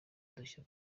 udushya